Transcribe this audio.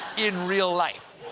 in real life.